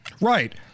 Right